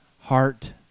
heart